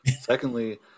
Secondly